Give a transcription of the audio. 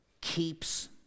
keeps